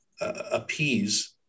appease